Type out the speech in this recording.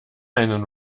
einen